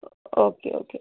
okay okay